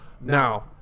Now